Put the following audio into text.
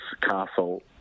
castle